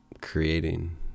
creating